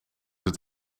het